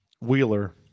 Wheeler